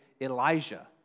Elijah